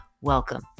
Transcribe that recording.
Welcome